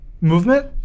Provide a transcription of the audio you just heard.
movement